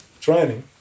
training